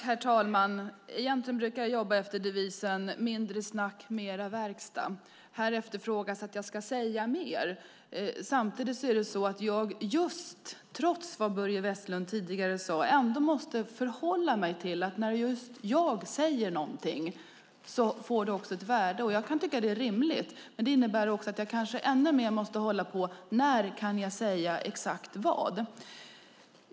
Herr talman! Egentligen brukar jag jobba efter devisen mindre snack och mer verkstad. Här efterfrågas att jag ska säga mer. Samtidigt måste jag, trots vad Börje Vestlund tidigare sade, förhålla mig till att när just jag säger någonting får det ett värde. Jag kan tycka att det är rimligt, men det innebär också att jag kanske ännu mer måste tänka på när jag kan säga exakt vad.